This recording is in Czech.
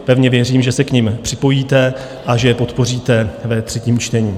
Pevně věřím, že se k nim připojíte a že je podpoříte ve třetím čtení.